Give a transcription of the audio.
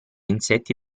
insetti